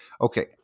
Okay